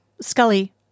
Scully